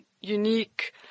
unique